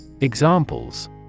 Examples